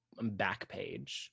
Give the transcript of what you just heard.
Backpage